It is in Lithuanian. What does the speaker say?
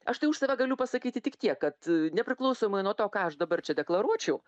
aš tai už save galiu pasakyti tik tiek kad nepriklausomai nuo to ką aš dabar čia deklaruočiau